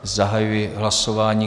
Zahajuji hlasování.